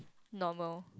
normal